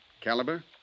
caliber